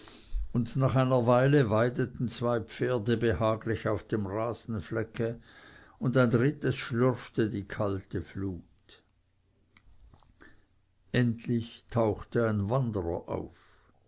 und nach einer weile weideten zwei pferde behaglich auf dem rasenflecke und ein drittes schlürfte die kalte flut endlich tauchte ein wanderer auf